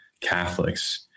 catholics